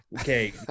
okay